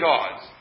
God's